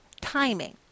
timing